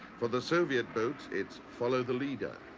for the soviet boats it's follow the leader.